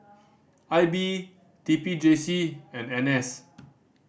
I B T P J C and N S